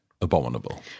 abominable